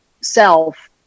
self